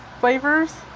flavors